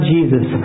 Jesus